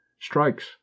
Strikes